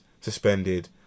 suspended